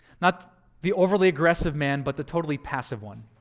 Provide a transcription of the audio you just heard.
not the overly aggressive man but the totally passive one